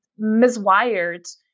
miswired